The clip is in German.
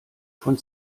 von